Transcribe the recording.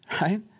Right